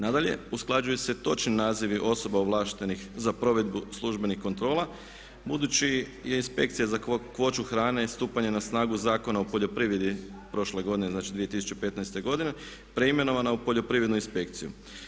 Nadalje, usklađuju se točni nazivi osoba ovlaštenih za provedbu službenih kontrola, budući je inspekcija za kakvoću hrane stupanjem na snagu Zakona o poljoprivredi prošle godine, znači 2015. godine preimenovana u poljoprivrednu inspekciju.